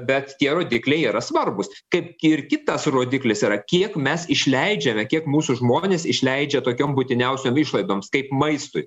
bet tie rodikliai yra svarbūs kaip ir kitas rodiklis yra kiek mes išleidžiame kiek mūsų žmonės išleidžia tokiom būtiniausiom išlaidoms kaip maistui